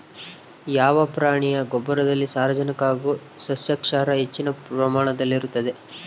ಯಾವ ಪ್ರಾಣಿಯ ಗೊಬ್ಬರದಲ್ಲಿ ಸಾರಜನಕ ಹಾಗೂ ಸಸ್ಯಕ್ಷಾರ ಹೆಚ್ಚಿನ ಪ್ರಮಾಣದಲ್ಲಿರುತ್ತದೆ?